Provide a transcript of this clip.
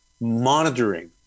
monitoring